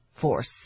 force